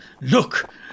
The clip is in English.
look